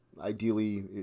Ideally